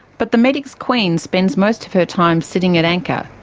but the medics queen spends most of her time sitting at anchor,